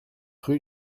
rue